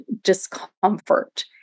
discomfort